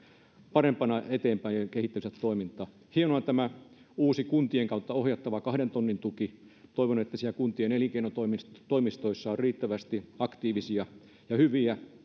parempina eteenpäin ja kehittäisivät toimintaa hienoa että on tämä uusi kuntien kautta ohjattava kahden tonnin tuki toivon että siellä kuntien elinkeinotoimistoissa on riittävästi aktiivisia ja hyviä